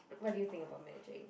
what do you think about magic